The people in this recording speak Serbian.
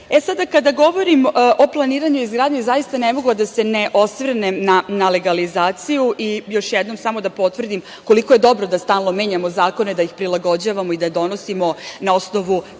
govorim o planiranju i izgradnji ne mogu, a da se ne osvrnem na legalizaciju i još jednom samo da potvrdim koliko je dobro da stalno menjamo zakone, da ih prilagođavamo i da donosimo na osnovu prakse